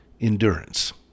endurance